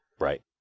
Right